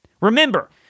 remember